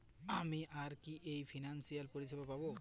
আমি আর কি কি ফিনান্সসিয়াল পরিষেবা পাব?